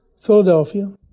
Philadelphia